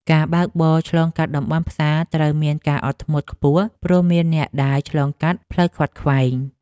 ការបើកបរឆ្លងកាត់តំបន់ផ្សារត្រូវមានការអត់ធ្មត់ខ្ពស់ ព្រោះមានអ្នកដើរឆ្លងកាត់ផ្លូវខ្វាត់ខ្វែង។